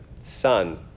sun